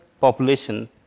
population